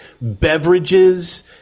beverages